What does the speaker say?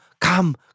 come